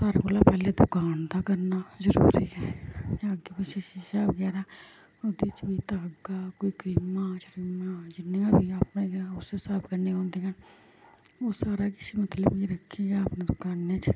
सारे कोला पैह्ले दुकान दा करना जरूरी ऐ ते अग्गें पिच्छे शीशा बगैरा ओह्दे च कोई धागा कोई क्रीमां स्रीमां जिन्नियां बी आपै गै उस स्हाब ने होंदियां न ओह् सारा किश मतलब रक्खियै अपने दुकानै च